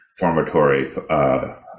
formatory